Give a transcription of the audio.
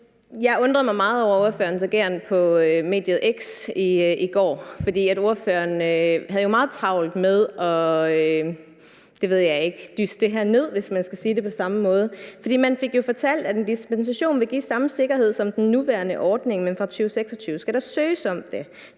Jeg undrer mig meget over ordførerens ageren på mediet X i går. For ordføreren havde jo meget travlt med at dysse det her ned, hvis man skal sige det på den måde. For han fik jo fortalt, at en dispensation vil give samme sikkerhed som den nuværende ordning, men fra 2026 skal der søges om det.